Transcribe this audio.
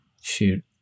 shoot